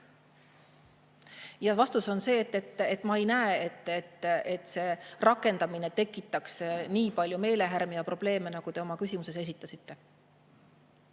Vastus on see, et ma ei näe, et see rakendamine tekitaks nii palju meelehärmi ja probleeme, nagu te oma küsimuses [välja